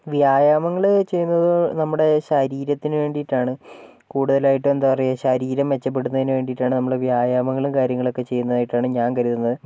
വ്യായാമങ്ങൾ ചെയ്യുന്നത് നമ്മുടെ ശരീരത്തിനു വേണ്ടിയിട്ടാണ് കൂടുതലായിട്ടും എന്താ പറയുക ശരീരം മെച്ചപ്പെടുന്നതിന് വേണ്ടിയിട്ടാണ് നമ്മൾ വ്യായാമങ്ങളും കാര്യങ്ങളും ഒക്കെ ചെയ്യുന്നതായിട്ടാണ് ഞാൻ കരുതുന്നത്